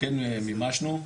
כן מימשנו,